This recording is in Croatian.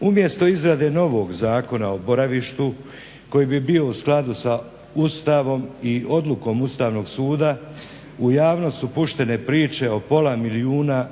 Umjesto izrade novog Zakona o boravištu koji bi bio u skladu sa Ustavom i odlukom Ustavnog suda u javnost su puštene priče o pola milijuna